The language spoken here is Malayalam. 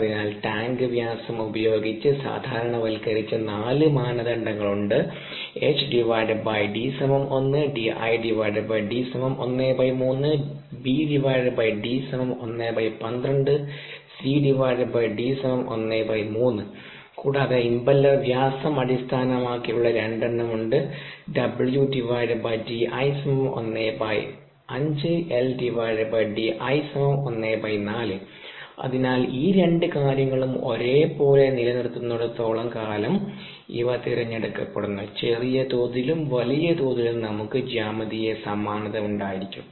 അതിനാൽ ടാങ്ക് വ്യാസം ഉപയോഗിച്ച് സാധാരണവൽക്കരിച്ച നാല് മാനദണ്ഡങ്ങൾ ഉണ്ട് കൂടാതെ ഇംപെല്ലർ വ്യാസം അടിസ്ഥാനമാക്കിയുള്ള 2 എണ്ണം ഉണ്ട് അതിനാൽ ഈ രണ്ട് കാര്യങ്ങളും ഒരേപോലെ നിലനിർത്തുന്നിടത്തോളം കാലം ഇവ തിരഞ്ഞെടുക്കപ്പെടുന്നു ചെറിയ തോതിലും വലിയ തോതിലും നമുക്ക് ജ്യാമിതീയ സമാനത ഉണ്ടായിരിക്കും